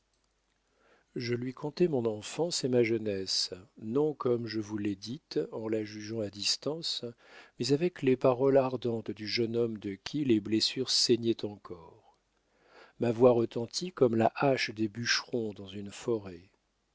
je lui contai mon enfance et ma jeunesse non comme je vous l'ai dite en la jugeant à distance mais avec les paroles ardentes du jeune homme de qui les blessures saignaient encore ma voix retentit comme la hache des bûcherons dans une forêt